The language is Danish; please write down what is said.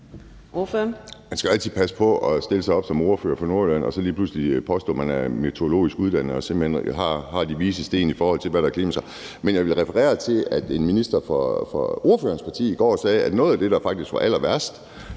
Man skal jo altid passe på med at stille sig op som ordfører fra Nordjylland og påstå, at man er meteorologisk uddannet og har de vises sten i forhold til klimaet. Men jeg vil referere til, at en minister fra ordførerens parti i går sagde, at noget af det, der faktisk var allerværst,